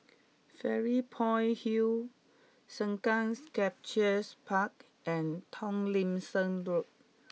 Fairy Point Hill Sengkang Sculptures Park and Tomlinson Road